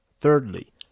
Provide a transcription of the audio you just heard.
thirdly